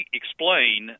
explain